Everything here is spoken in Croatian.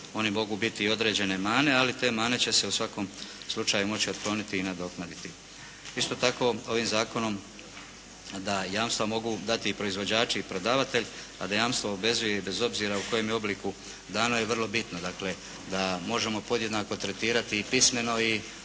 oni mogu biti i određene mane ali te mane će se u svakom slučaju moći otkloniti i nadoknaditi. Isto tako, ovim zakonom da jamstva mogu dati proizvođači i prodavatelj a da jamstvo obvezuje bez obzira u kojem je obliku dano je vrlo bitno, dakle da možemo podjednako tretirati i pismeno i